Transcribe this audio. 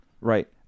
right